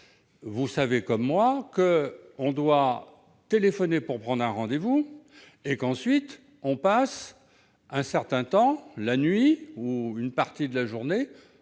Vous savez comme moi qu'on doit téléphoner pour prendre un rendez-vous, mais qu'on passe ensuite un certain temps, une partie de la journée,